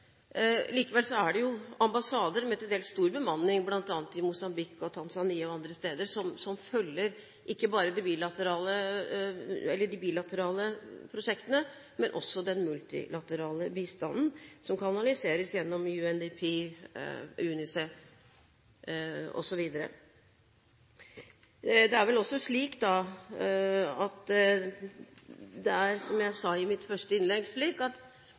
Likevel er det jo ambassader med til dels stor bemanning, bl.a. i Mosambik, Tanzania og andre steder, som følger ikke bare de bilaterale prosjektene, men også den multilaterale bistanden, som kanaliseres gjennom UNDP, UNICEF osv. Det er vel også slik, og som jeg sa i mitt første innlegg, at